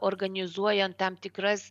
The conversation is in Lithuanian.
organizuojant tam tikras